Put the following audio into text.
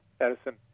Edison